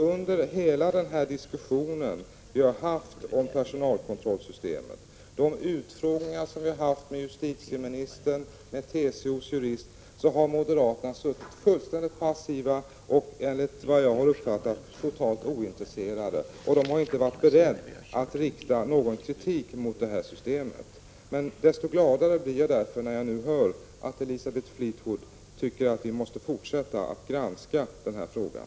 Under hela den diskussion som vi har haft om personalkontrollsystemet — och under de utfrågningar som vi har haft med justitieministern och med TCO:s jurist — har moderaterna suttit fullständigt passiva och, enligt vad jag har uppfattat, totalt ointresserade. De har inte varit beredda att rikta någon kritik mot det här systemet. Desto gladare blir jag därför när jag nu hör att Elisabeth Fleetwood tycker att vi måste fortsätta att granska den här frågan.